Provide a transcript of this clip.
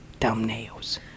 thumbnails